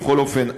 בכל אופן,